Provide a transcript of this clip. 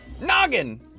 Noggin